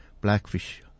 blackfish